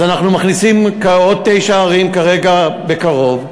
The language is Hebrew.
אז אנחנו מכניסים עוד תשע ערים כרגע, בקרוב,